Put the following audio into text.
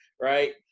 right